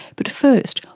but first,